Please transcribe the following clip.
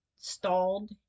stalled